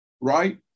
right